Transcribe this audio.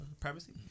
privacy